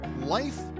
life